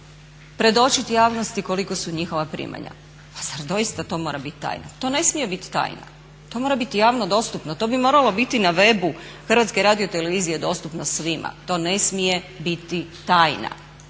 predočit javnosti kolika su njihova primanja. Pa zar doista to mora bit tajna? To ne smije biti tajna, to mora biti javno dostupno, to bi moralo biti na webu HRT-a dostupno svima. To ne smije biti tajna.